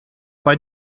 bei